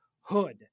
Hood